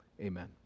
Amen